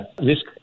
risk